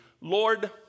Lord